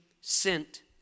sent